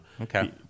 Okay